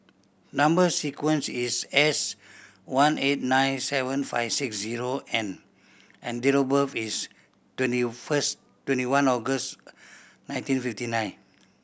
number sequence is S one eight nine seven five six zero N and date of birth is twenty first twenty one August nineteen fifty nine